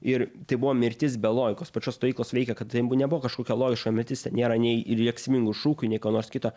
ir tai buvo mirtis be logikos pačios stovyklos veikia kad tai nebuvo kažkokia logiška mirtis ten nėra nei rėksmingų šūkių nei ko nors kito